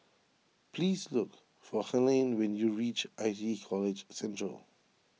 please look for Helaine when you reach I T E College Central